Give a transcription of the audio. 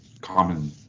common